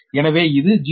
எனவே இது 0